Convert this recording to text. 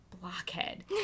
blockhead